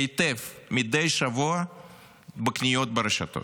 מרגיש את זה היטב מדי שבוע בקניות ברשתות.